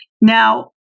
Now